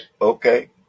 Okay